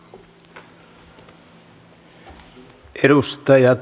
arvoisa puhemies